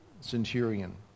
centurion